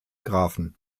grafen